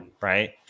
Right